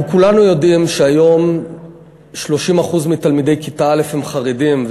אנחנו כולנו יודעים שהיום 30% מתלמידי כיתה א' הם חרדים,